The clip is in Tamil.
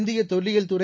இந்திய தொல்லியல் துறை